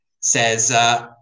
Says